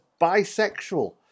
bisexual